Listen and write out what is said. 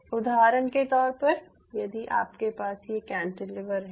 उदाहरण के तौर पर यदि आपके पास ये कैंटिलीवर है